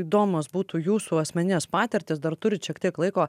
įdomios būtų jūsų asmeninės patirtys dar turit šiek tiek laiko